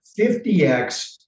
50x